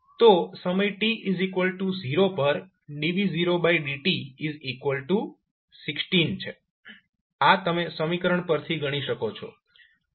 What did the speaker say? તો સમય t0 પર dv0dt16 છે આ તમે સમીકરણ પરથી ગણી શકો છો